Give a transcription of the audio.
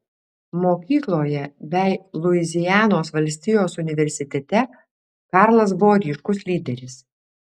mokykloje bei luizianos valstijos universitete karlas buvo ryškus lyderis